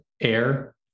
air